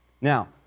Now